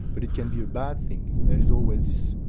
but it can be a bad thing. there is always,